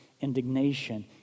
indignation